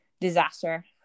disaster